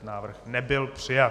Návrh nebyl přijat.